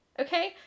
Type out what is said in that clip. Okay